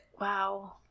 Wow